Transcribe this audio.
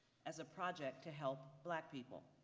as a project to help black people,